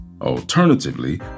Alternatively